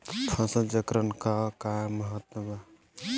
फसल चक्रण क का महत्त्व बा?